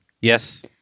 Yes